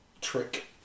trick